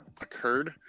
occurred